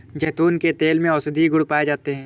जैतून के तेल में औषधीय गुण पाए जाते हैं